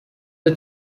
the